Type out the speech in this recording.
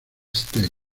state